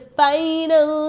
final